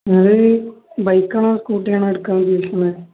അത് ബൈക്കാണോ സ്കൂട്ടിയ ആണോ എടുക്കാ ഉദ്ദേശിക്കുന്നേ